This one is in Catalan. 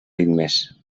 ritmes